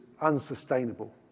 unsustainable